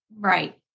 Right